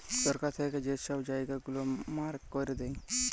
সরকার থ্যাইকে যা ছব জায়গা গুলা মার্ক ক্যইরে দেয়